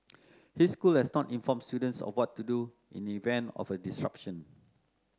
his school had not informed students of what to do in event of a disruption